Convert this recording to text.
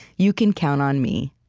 you can count on me.